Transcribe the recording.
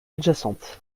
adjacente